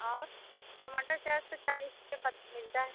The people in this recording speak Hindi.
और टमाटर चार से चालीस रुपए तक मिलता है